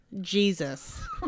Jesus